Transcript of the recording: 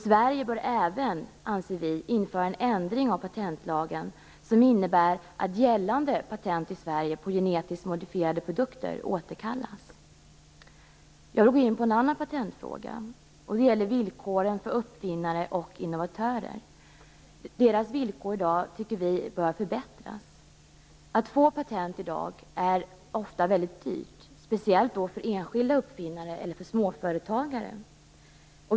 Sverige bör även införa en ändring av patentlagen som innebär att gällande patent i Sverige på genetiskt modifierade produkter återkallas. Jag vill gå in på en annan patentfråga, och det gäller villkoren för uppfinnare och innovatörer. Deras villkor bör förbättras. Att få patent är ofta väldigt dyrt i dag, speciellt för enskilda uppfinnare eller småföretagare.